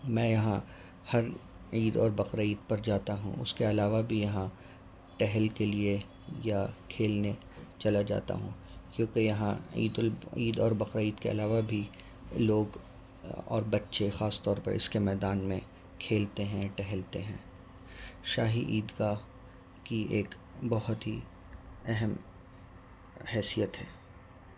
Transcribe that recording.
میں یہاں ہر عید اور بقر عید پر جاتا ہوں اس کے علاوہ بھی یہاں ٹہل کے لیے یا کھیلنے چلا جاتا ہوں کیونکہ یہاں عیدال عید اور بقر عید کے علاوہ بھی لوگ اور بچے خاص طور پر اس کے میدان میں کھیلتے ہیں ٹہلتے ہیں شاہی عید گاہ کی ایک بہت ہی اہم حیثیت ہے